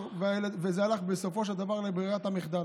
וזה הלך בסופו של דבר לברירת המחדל.